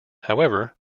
however